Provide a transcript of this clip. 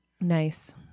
Nice